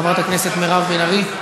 חברת הכנסת מירב בן ארי.